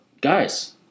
guys